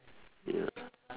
ya